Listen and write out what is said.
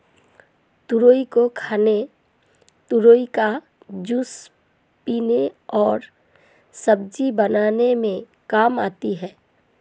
तुरई को खाने तुरई का जूस पीने और सब्जी बनाने में काम आती है